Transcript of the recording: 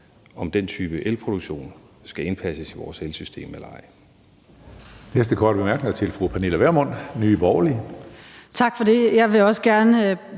om den type elproduktion skal indpasses i vores elsystem eller ej.